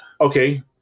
Okay